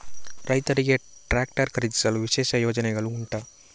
ರೈತರಿಗೆ ಟ್ರಾಕ್ಟರ್ ಖರೀದಿಸಲು ವಿಶೇಷ ಯೋಜನೆಗಳು ಉಂಟಾ?